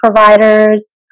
providers